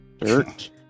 dirt